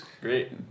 Great